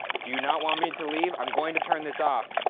do you not want me to leave? i'm going to turn this off.